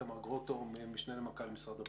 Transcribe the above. איתמר גרוטו, משנה למנכ"ל משרד הבריאות.